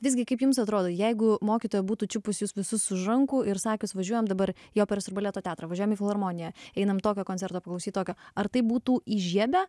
visgi kaip jums atrodo jeigu mokytoja būtų čiupusi jus visus už rankų ir sakius važiuojame dabar jo operos ir baleto teatrą važiuojame į filharmoniją einame tokio koncerto paklausyti tokio ar taip būtų įžiebę